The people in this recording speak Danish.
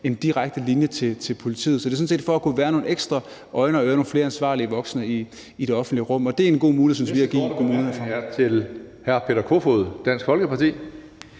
en direkte linje til politiet. Så det er sådan set for, at der kan være nogle ekstra øjne og ører og nogle flere ansvarlige voksne i det offentlige rum, og det synes vi er en god mulighed at give kommunerne.